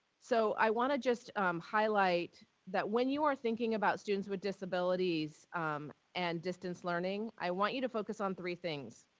so, i want to just highlight that when you are thinking about students with disabilities and distance learning, i want you to focus on three things.